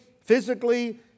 physically